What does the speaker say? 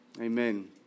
amen